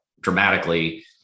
dramatically